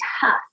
tough